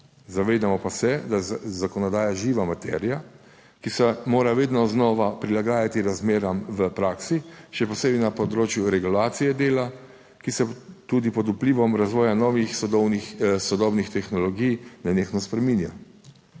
Zavedamo pa se, da je zakonodaja živa materija, ki se mora vedno znova prilagajati razmeram v praksi. Še posebej na področju regulacije dela, ki se tudi pod vplivom razvoja novih sodobnih sodobnih tehnologij nenehno spreminja.